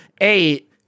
Eight